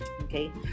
okay